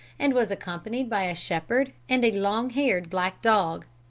and was accompanied by a shepherd and a long-haired black dog.